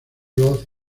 roth